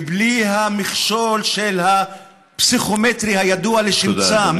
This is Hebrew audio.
בלי המכשול של הפסיכומטרי הידוע לשמצה.